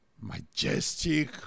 majestic